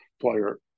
player